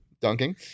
dunking